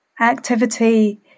activity